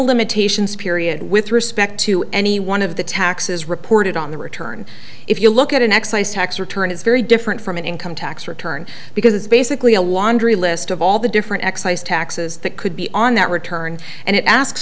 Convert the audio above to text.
limitations period with respect to any one of the taxes reported on the return if you look at an excise tax return it's very different from an income tax return because it's basically a laundry list of all the different excise taxes that could be on that return and it asks